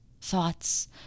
thoughts